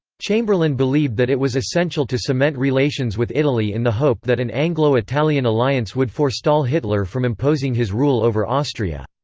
chamberlain believed that it was essential to cement relations with italy in the hope that an anglo-italian alliance would forestall hitler from imposing his rule over austria.